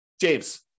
James